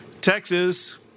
Texas